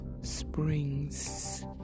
Springs